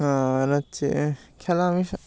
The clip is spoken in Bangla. আর হচ্ছে খেলা আমি